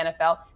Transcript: NFL